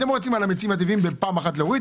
אתם רוצים את המיצים הטבעיים בפעם אחת להוריד,